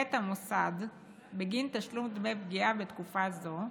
את המוסד בגין תשלום דמי פגיעה בתקופה זו,